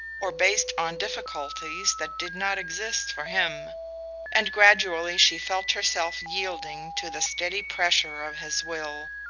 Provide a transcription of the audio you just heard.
or based on difficulties that did not exist for him and gradually she felt herself yielding to the steady pressure of his will.